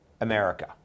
America